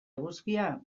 eguzkia